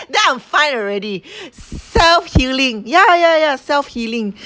then I'm fine already self-healing ya ya ya self-healing